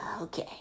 Okay